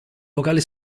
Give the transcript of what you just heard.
locale